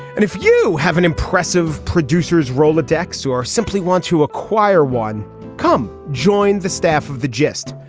and if you have an impressive producer's rolodex or simply want to acquire one come join the staff of the gist.